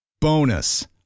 Bonus